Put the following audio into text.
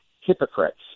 hypocrites